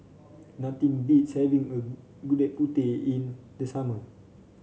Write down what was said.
nothing beats having Gudeg Putih in the summer